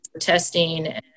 testing